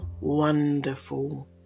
wonderful